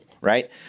right